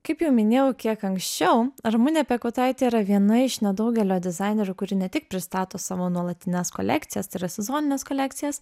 kaip jau minėjau kiek anksčiau ramunė piekautaitė yra viena iš nedaugelio dizainerių kuri ne tik pristato savo nuolatines kolekcijas tai yra sezonines kolekcijas